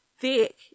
thick